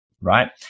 right